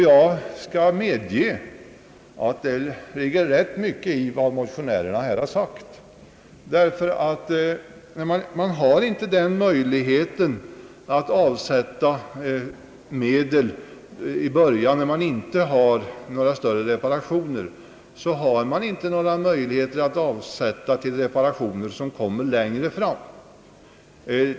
Jag håller med om att det ligger rätt mycket i vad motionärerna anfört. Dessa fastighetsägare har inte möjlighet att från början göra avsättningar för de reparationer som väntas bli erforderliga längre fram.